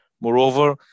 Moreover